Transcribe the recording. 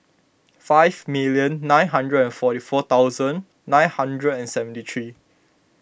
five million nine hundred and forty four thousand nine hundred and seventy three